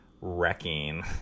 wrecking